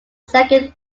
second